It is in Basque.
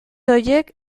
horiek